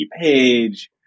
page